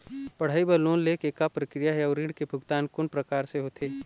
पढ़ई बर लोन ले के का प्रक्रिया हे, अउ ऋण के भुगतान कोन प्रकार से होथे?